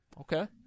Okay